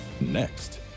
next